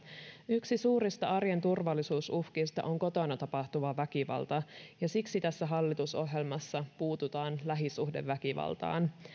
yksi suurista arjen turvallisuusuhkista on kotona tapahtuva väkivalta ja siksi tässä hallitusohjelmassa puututaan lähisuhdeväkivaltaan